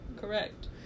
Correct